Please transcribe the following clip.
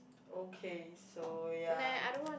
okay so ya